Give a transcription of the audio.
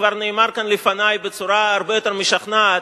וכבר נאמר כאן לפני בצורה הרבה יותר משכנעת